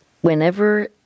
whenever